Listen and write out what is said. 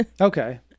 Okay